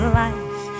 life